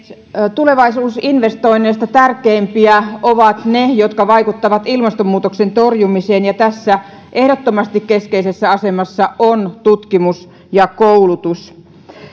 tulevaisuusinvestoinneista tärkeimpiä ovat ne jotka vaikuttavat ilmastonmuutoksen torjumiseen ja tässä ehdottomasti keskeisessä asemassa ovat tutkimus ja koulutus